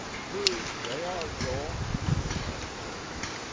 true they are, joel, he cried exultantly.